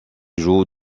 joue